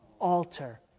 altar